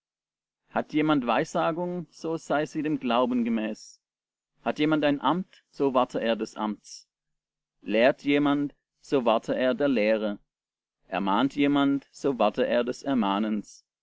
hat jemand weissagung so sei sie dem glauben gemäß hat jemand ein amt so warte er des amts lehrt jemand so warte er der lehre ermahnt jemand so warte er des ermahnens